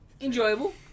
Enjoyable